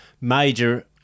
major